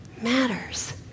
matters